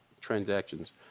transactions